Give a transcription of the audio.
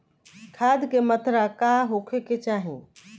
खाध के मात्रा का होखे के चाही?